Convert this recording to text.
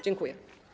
Dziękuję.